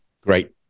great